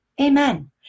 amen